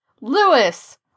Lewis